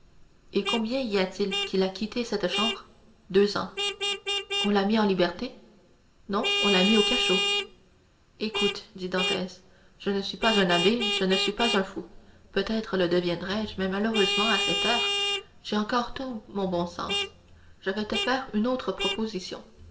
et combien y a-t-il qu'il a quitté cette chambre deux ans on l'a mis en liberté non on l'a mis au cachot écoute dit dantès je ne suis pas un abbé je ne suis pas fou peut-être le deviendrai-je mais malheureusement à cette heure j'ai encore tout mon bon sens je vais te faire une autre proposition